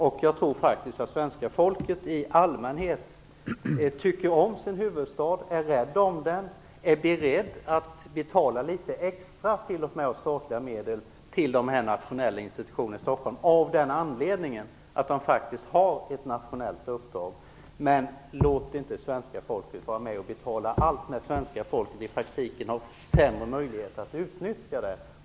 Och jag tror faktiskt att svenska folket i allmänhet tycker om sin huvudstad, är rädd om den och är beredd att betala litet extra av statliga medel till dessa nationella institutionerna i Stockholm av den anledningen att de faktiskt har ett nationellt uppdrag. Men låt inte svenska folket vara med och betala allt, när svenska folket i praktiken har sämre möjligheter att utnyttja det.